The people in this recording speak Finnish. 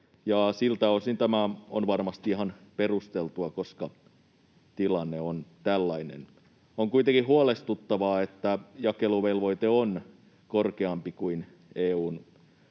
siltä osin tämä on varmasti ihan perusteltua, koska tilanne on tällainen. On kuitenkin huolestuttavaa, että jakeluvelvoite on korkeampi kuin EU:n